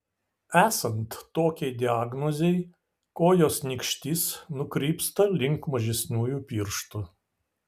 esant tokiai diagnozei kojos nykštys nukrypsta link mažesniųjų pirštų